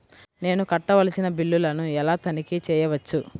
నేను కట్టవలసిన బిల్లులను ఎలా తనిఖీ చెయ్యవచ్చు?